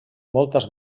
moltes